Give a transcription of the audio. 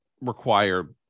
require